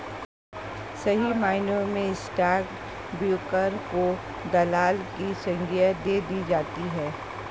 सही मायनों में स्टाक ब्रोकर को दलाल की संग्या दे दी जाती है